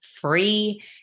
free